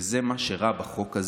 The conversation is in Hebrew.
וזה מה שרע בחוק,